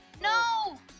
No